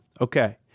Okay